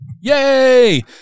Yay